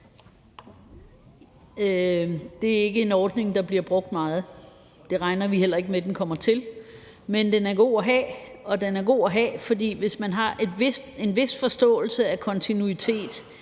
Det er ikke en ordning, der bliver brugt meget. Det regner vi heller ikke med den kommer til. Men den er god at have. For hvis man har en vis forståelse af kontinuitet